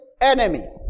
enemy